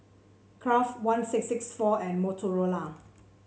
Kraft one six six four and Motorola